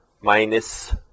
Minus